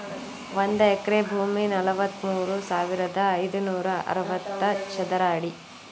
ಒಂದ ಎಕರೆ ಭೂಮಿ ನಲವತ್ಮೂರು ಸಾವಿರದ ಐದನೂರ ಅರವತ್ತ ಚದರ ಅಡಿ